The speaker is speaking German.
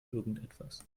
irgendwas